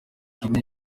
guinée